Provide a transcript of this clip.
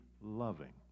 loving